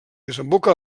desemboca